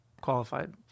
qualified